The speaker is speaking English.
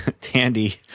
tandy